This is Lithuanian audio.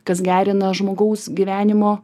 kas gerina žmogaus gyvenimo